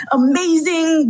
amazing